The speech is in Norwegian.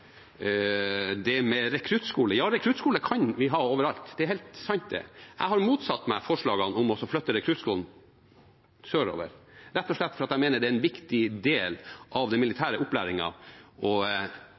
det med rekruttskole: Ja, rekruttskole kan vi ha overalt, det er helt sant. Jeg har motsatt meg forslagene om å flytte rekruttskolen sørover, rett og slett fordi jeg mener det er en viktig del av den